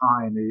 tiny